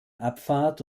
abfahrt